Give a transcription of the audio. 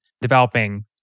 developing